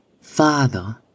Father